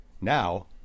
Now